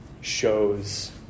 shows